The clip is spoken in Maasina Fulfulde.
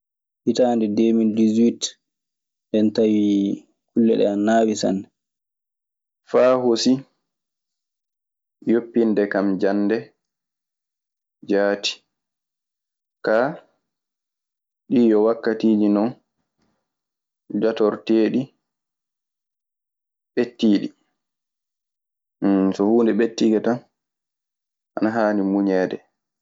Hitaande deemil disuwit, nden tawi kulleeji ɗii ana naawi sanne. Faa hosini yoppinde kan jannde jaati. Kaa, ɗii yo wakkatiiji non jatorteeɗe ɓettiiɗi. So huunde ɓettiike tan ana haani muñeede.